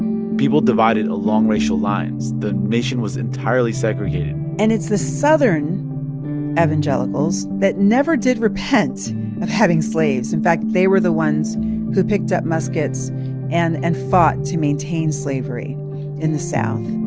people divided along racial lines. the nation was entirely segregated and it's the southern evangelicals that never did repent of having slaves. in fact, they were the ones who picked up muskets and and fought to maintain slavery in the south.